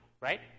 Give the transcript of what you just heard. right